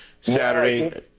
Saturday